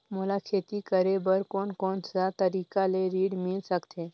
मोला खेती करे बर कोन कोन सा तरीका ले ऋण मिल सकथे?